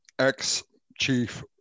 Ex-Chief